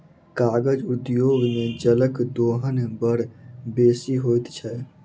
कागज उद्योग मे जलक दोहन बड़ बेसी होइत छै